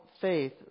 faith